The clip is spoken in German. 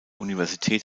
universität